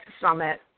summit